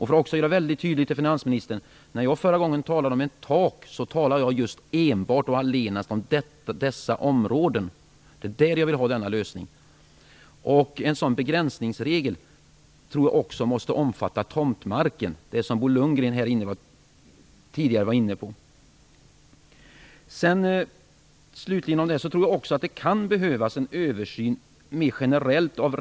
Jag vill göra det mycket tydligt för finansministern, att när jag förra gången talade om ett tak talade jag enbart och allenast om dessa områden. Det är där jag vill ha denna lösning. En sådan begränsningsregel tror jag också måste omfatta tomtmarken, vilket Bo Lundgren tidigare var inne på. Slutligen tror jag att det mer generellt kan behövas en översyn av reglerna.